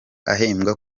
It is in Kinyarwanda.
ahembwa